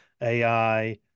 ai